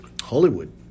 Hollywood